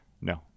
No